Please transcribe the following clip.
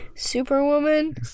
Superwoman